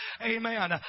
Amen